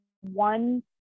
one